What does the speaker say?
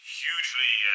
hugely